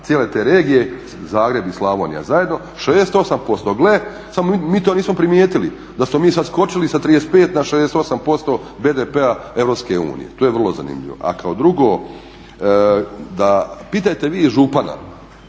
cijele te regije Zagreb i Slavonija zajedno 68%. Gle samo mi to nismo primijetili, da smo mi sad skočili sa 35 na 68% BDP-a EU. To je vrlo zanimljivo. A kao drugo, pitajte vi župana,